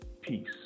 peace